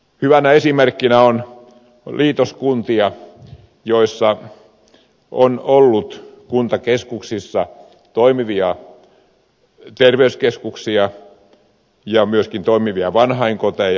hyvänä esimerkkinä on liitoskuntia joissa on ollut kuntakeskuksissa toimivia terveyskeskuksia ja myöskin toimivia vanhainkoteja